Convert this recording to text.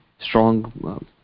strong